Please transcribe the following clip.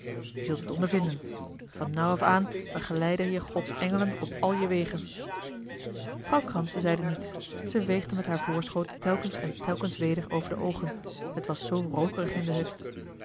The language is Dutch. je zult het oudervinden van nou af aan begeleiden je gods engelen op al je wegen vrouw kranse zeide niets ze veegde met haar voorschoot telkens en telkens weder over de oogen t was zoo rookerig in de hut